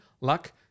luck